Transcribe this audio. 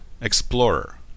Explorer